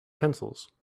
pencils